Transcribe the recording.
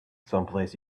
someplace